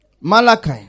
Malachi